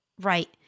right